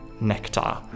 nectar